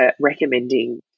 recommending